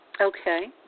okay